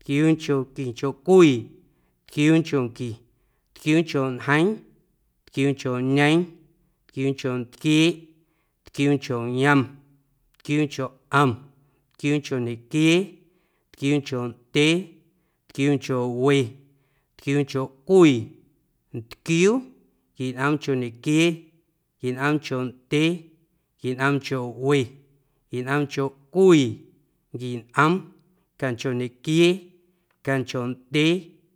ntquiuunchonquincho cwii, ntquiuunchonqui, ntquiuuncho ñjeeⁿ, ntquiuuncho ñeeⁿ, ntquiuuncho ntquieeꞌ, ntquiuuncho yom, ntquiuuncho ꞌom, ntquiuuncho ñequiee, ntquiuuncho ndyee, ntquiuuncho we, ntquiuuncho cwii, ntquiuu, nquinꞌoomncho ñequiee, nquinꞌoomncho ndyee, nquinꞌoomncho we, nquinꞌoomncho cwii, nquinꞌoom, canchoñequiee, canchondyee.